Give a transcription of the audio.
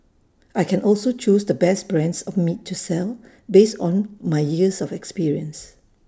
I can also choose the best brands of meat to sell based on my years of experience